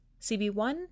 CB1